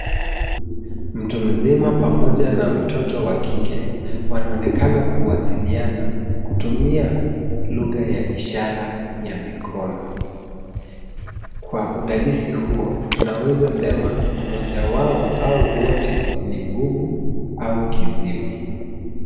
Mtu mzima pamoja na mtoto wa kike wanaonekana kuwasiliana kutumia lugha ya ishara ya mikono. Kwa udadisi huo tunaweza sema mmoja wao au wote ni bubu au kiziwi.